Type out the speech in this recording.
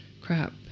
crap